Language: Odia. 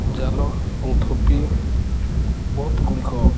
ଜାଲ ଏବଂ ଥୋପି ବହୁତ ଗୁଡ଼ିକ